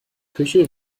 küche